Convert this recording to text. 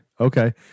Okay